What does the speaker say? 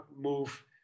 move